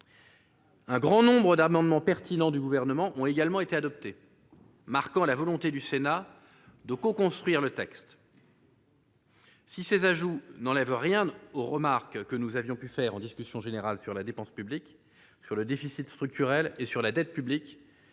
Un grand nombre d'amendements pertinents du Gouvernement ont également été adoptés, marquant la volonté du Sénat de coconstruire le texte. Si ces ajouts n'enlèvent rien aux remarques que nous avions pu faire lors de la discussion générale sur la dépense publique, le déficit structurel et la dette publique,